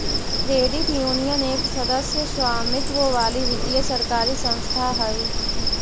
credit union एक सदस्य स्वामित्व वाली वित्तीय सरकारी संस्था हइ